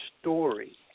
story